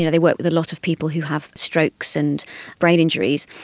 yeah they work with a lot of people who have strokes and brain injuries,